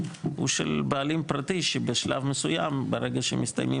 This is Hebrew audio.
הוא של בעלים פרטי שבשלב מסוים ברגע שמסתיימים